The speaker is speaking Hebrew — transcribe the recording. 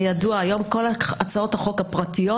זה ידוע שהיום כל הצעות החוק הפרטיות,